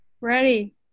Ready